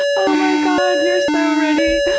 oh my god, you're so ready.